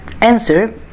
answer